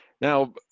Now